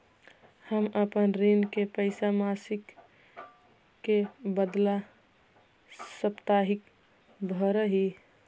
हम अपन ऋण के पैसा मासिक के बदला साप्ताहिक भरअ ही